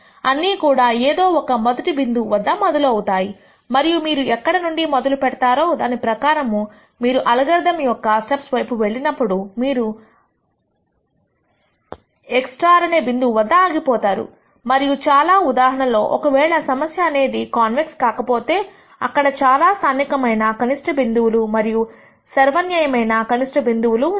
అన్నీ కూడా ఏదో ఒక మొదటి బిందువు వద్ద మొదలు అవుతాయి మరియు మీరు ఎక్కడి నుండి మొదలుపెడతా రో దాని ప్రకారము మీరు అల్గారిథం యొక్క స్టెప్స్ వైపు వెళ్ళినప్పుడు మీరు అనే ఒక x ఒక బిందువు వద్ద ఆగిపోతారు మరియు చాలా ఉదాహరణల లో ఒకవేళ సమస్య అనేది కాన్వెక్స్ కాకపోతే అక్కడ చాలా స్థానికమైన కనిష్ట బిందువులు మరియు సర్వన్వయమైన కనిష్ట బిందువులు ఉంటాయి